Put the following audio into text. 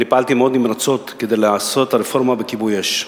פעלתי נמרצות מאוד כדי לעשות את הרפורמה בכיבוי אש.